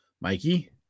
Mikey